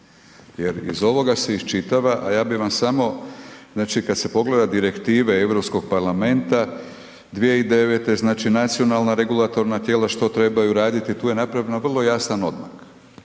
Jer iz ovoga se iščitava, a ja bih vam samo, znači kad se pogleda direktive EU parlamenta, 2009. znači nacionalna regulatorna tijela, što trebaju raditi, tu je napravljeno vrlo jasan odmak